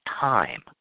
time